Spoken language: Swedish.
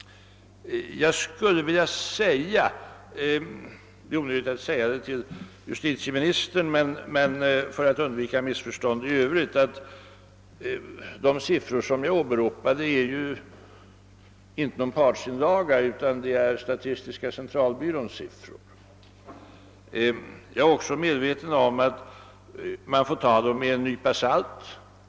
Det är onödigt att säga följande till justitieministern men för att undvika missförstånd i övrigt vill jag nämna att de siffror som åberopats inte återgivits ur någon partsinlaga utan de kommer från statistiska centralbyrån. Också jag är medveten om att man får ta dem med en nypa salt.